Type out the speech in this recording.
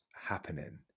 happening